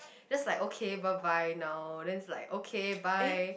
that's like okay bye bye now then it's like okay bye